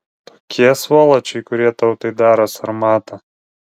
tokie svoločiai kurie tautai daro sarmatą